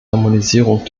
harmonisierung